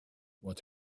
what